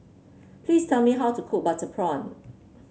please tell me how to cook Butter Prawn